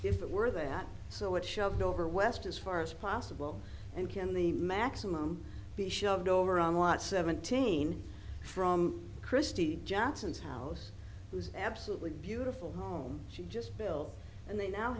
if it were that so it shoved over west as far as possible and can the maximum be shoved over on what seventeen from christie johnson's house was absolutely beautiful home she just built and they now